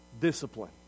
discipline